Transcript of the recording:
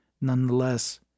nonetheless